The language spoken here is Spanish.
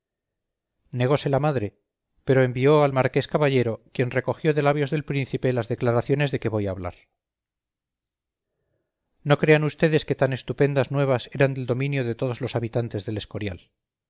negóse la madre pero envió al marqués caballero quien recogió de labios del príncipe las declaraciones de que voy a hablar no crean vds que tan estupendas nuevas eran del dominio de todos los habitantes del escorial